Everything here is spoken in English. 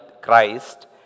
Christ